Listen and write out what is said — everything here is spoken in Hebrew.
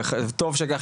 וטוב שכך,